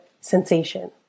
sensation